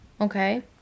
okay